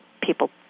people